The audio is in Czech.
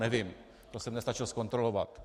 To nevím, to jsem nestačil zkontrolovat.